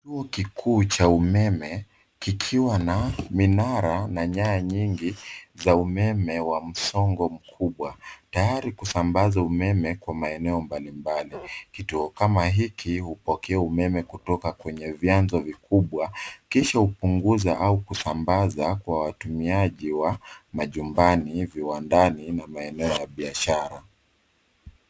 Kituo kikuu cha umeme kikiwa na minara na nyaya nyingi za umeme wa msongo mkubwa tayari kusambaza umeme kwa maeneo mbalimbali. Kituo kama hiki hupokea umeme kutoka kwenye vyanzo vikubwa kisha hupunguza au kusambaza kwa watumiaji wa jumbani, viwandani na maeneo ya biashara.